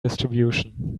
distribution